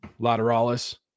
lateralis